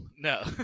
no